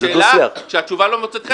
זו שאלה שהתשובה לא מוצאת חן בעיניך,